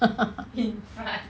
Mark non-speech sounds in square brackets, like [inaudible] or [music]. [laughs]